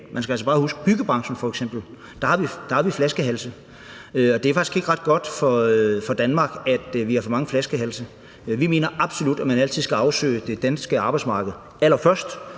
man skal altså bare huske, at i f.eks. byggebranchen har vi flaskehalse. Det er faktisk ikke ret godt for Danmark, at vi har for mange flaskehalse. Vi mener absolut, at man altid skal afsøge det danske arbejdsmarked allerførst,